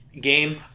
game